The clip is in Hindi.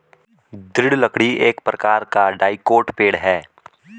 दृढ़ लकड़ी एक प्रकार का डाइकोट पेड़ है